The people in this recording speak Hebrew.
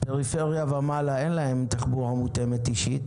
בפריפריה אין להם תחבורה מותאמת אישית,